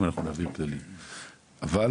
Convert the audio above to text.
אלא